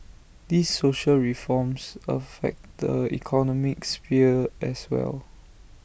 these social reforms affect the economic sphere as well